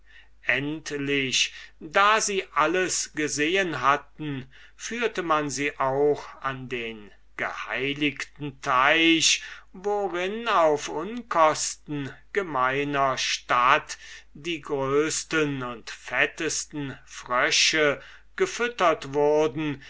endlich da sie alles gesehen hatten führte man sie auch an den geheiligten teich worin auf unkosten gemeiner stadt die größten und fettesten frösche gefüttert wurden